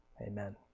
Amen